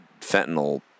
fentanyl